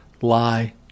lie